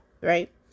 right